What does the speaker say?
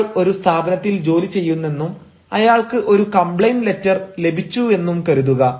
ഒരാൾ ഒരു സ്ഥാപനത്തിൽ ജോലി ചെയ്യുന്നെന്നും അയാൾക്ക് ഒരു കംപ്ലെയ്ന്റ് ലെറ്റർ ലഭിച്ചു എന്നും കരുതുക